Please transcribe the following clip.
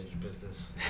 business